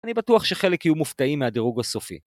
אני בטוח שחלק יהיו מופתעים מהדרוג הסופי.